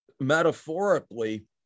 metaphorically